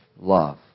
love